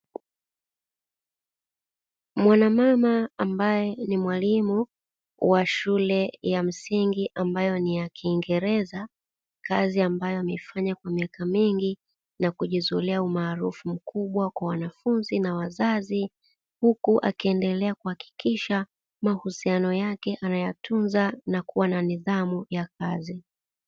Mwanamama ambaye ni mwalimu wa shule ya msingi, ambayo ni ya kiingereza, kazi ambayo ameifanya kwa miaka mingi na kujizolea umaarufu mkubwa kwa wanafunzi na wazazi, huku akiendelea kuhakikisha mahusiano yake anayatunza na kuwa na nidhamu ya kazi.